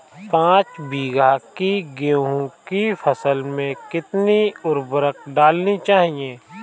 पाँच बीघा की गेहूँ की फसल में कितनी उर्वरक डालनी चाहिए?